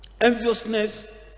enviousness